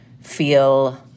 feel